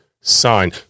sign